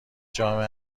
جامعه